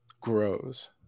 grows